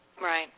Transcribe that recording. Right